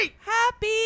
happy